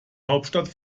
hauptstadt